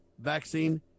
vaccine